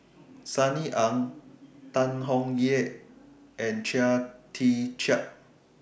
Sunny Ang Tan Tong Hye and Chia Tee Chiak